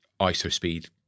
iso-speed